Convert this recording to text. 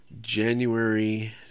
January